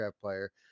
player